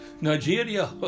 nigeria